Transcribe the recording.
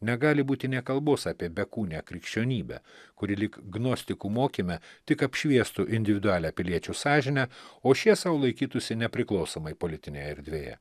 negali būti nė kalbos apie bekūnę krikščionybę kuri lyg gnostikų mokyme tik apšviestų individualią piliečių sąžinę o šie sau laikytųsi nepriklausomai politinėje erdvėje